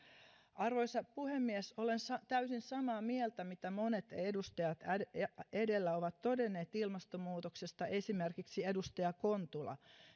arvoisa puhemies olen täysin samaa mieltä kuin mitä monet edustajat edellä ovat todenneet ilmastonmuutoksesta esimerkiksi edustaja kontula